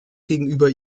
gegenüber